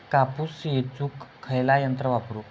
कापूस येचुक खयला यंत्र वापरू?